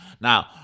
Now